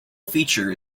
feature